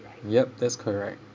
yup that's correct